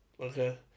Okay